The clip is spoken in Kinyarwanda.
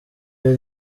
iyo